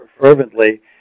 fervently